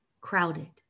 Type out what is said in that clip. crowded